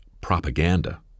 propaganda